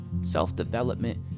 self-development